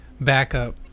backup